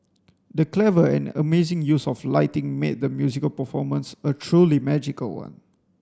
the clever and amazing use of lighting made the musical performance a truly magical one